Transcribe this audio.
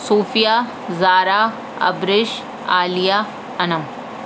Sofia Zara Abrish Aliya Anam